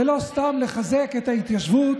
ולא סתם לחזק את ההתיישבות,